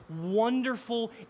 wonderful